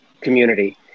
community